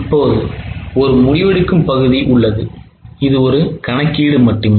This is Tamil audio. இப்போது ஒரு முடிவெடுக்கும் பகுதி உள்ளது இது ஒரு கணக்கீடு மட்டுமே